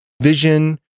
vision